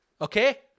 Okay